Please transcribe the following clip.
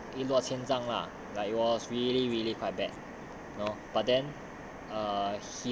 err 一落千丈 lah but it was really really quite bad but then